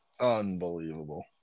Unbelievable